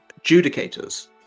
judicators